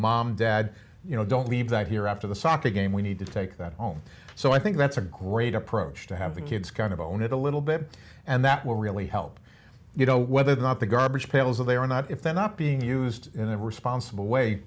mom dad you know don't leave that here after the soccer game we need to take that home so i think that's a great approach to have the kids kind of own it a little bit and that will really help you know whether or not the garbage pails that they are not if they're not being used in a responsible way